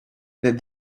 that